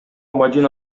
мадина